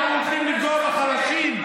אנחנו הולכים לפגוע בחלשים?